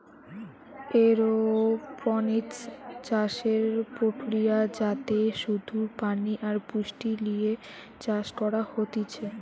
aeroponics চাষের প্রক্রিয়া যাতে শুধু পানি আর পুষ্টি লিয়ে চাষ করা হতিছে